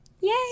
yay